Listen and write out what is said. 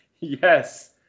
Yes